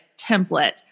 template